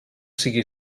sigui